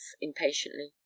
impatiently